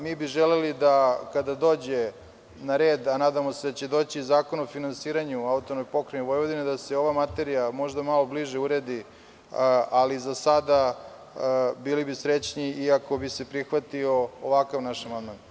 Mi bi želeli da kada dođe na red, a nadamo se da će doći i Zakon o finansiranju AP Vojvodine da se ova materija malo bliže uredi, ali za sada bili bi srećni ako bi se prihvatio ovakva naš amandman.